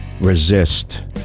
Resist